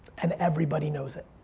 and everybody knows it.